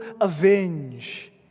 avenge